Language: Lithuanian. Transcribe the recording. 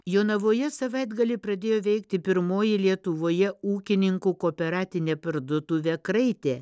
jonavoje savaitgalį pradėjo veikti pirmoji lietuvoje ūkininkų kooperatinė parduotuvė kraitė